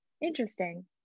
interesting